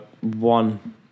one